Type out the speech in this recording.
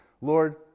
Lord